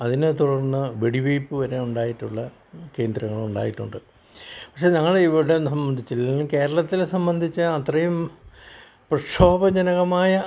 അതിനെ തുടർന്ന് വെടി വെയ്പ്പ് വരെ ഉണ്ടായിട്ടുള്ള കേന്ദ്രങ്ങൾ ഉണ്ടായിട്ടുണ്ട് പക്ഷേ ഞങ്ങളുടെ ഇവിടെ സംബന്ധിച്ച് കേരളത്തിലെ സംബന്ധിച്ച് അത്രയും പ്രക്ഷോഭ ജനകമായ